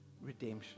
redemption